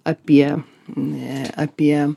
apie ne apie